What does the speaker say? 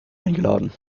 eingeladen